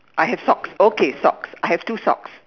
I have socks okay socks I have two socks